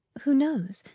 who knows?